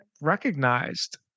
recognized